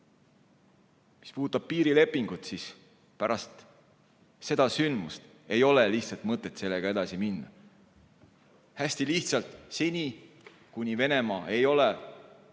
mis puudutab piirilepingut, pärast seda sündmust ei ole lihtsalt mõtet sellega edasi minna. Hästi lihtsalt: seni, kuni Venemaa ei ole